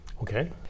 Okay